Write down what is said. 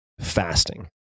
fasting